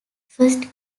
first